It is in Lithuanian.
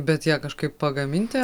bet ją kažkaip pagaminti